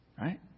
Right